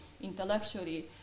intellectually